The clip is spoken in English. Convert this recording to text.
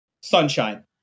sunshine